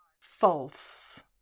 False